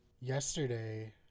yesterday